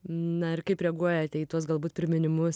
na ir kaip reaguojate į tuos galbūt priminimus